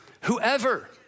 Whoever